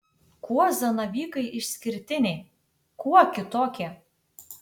kuo zanavykai išskirtiniai kuo kitokie